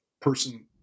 person